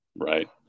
right